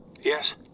Yes